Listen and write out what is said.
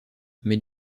mais